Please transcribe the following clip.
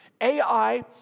AI